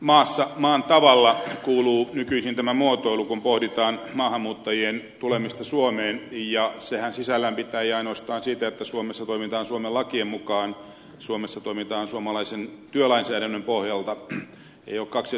maassa maan tavalla kuuluu nykyisin tämä muotoilu kun pohditaan maahanmuuttajien tulemista suomeen ja sehän ei pidä sisällään ainoastaan sitä että suomessa toimitaan suomen lakien mukaan suomessa toimitaan suomalaisen työlainsäädännön pohjalta ei ole kaksia työmarkkinoita